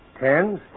Tens